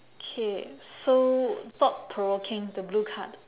K so thought provoking the blue card